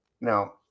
Now